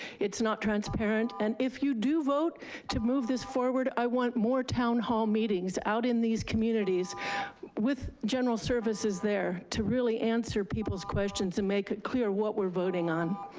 it's not transparent. and if you do vote to move this forward, i want more town hall meetings out in these communities with general services there to really answer people's questions, and make it clear what we're voting on.